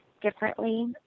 differently